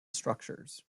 structures